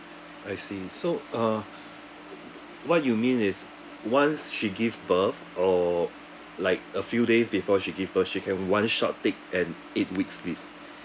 I see so uh what you mean is once she give birth or like a few days before she give birth she can one shot take an eight weeks leave